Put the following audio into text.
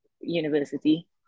university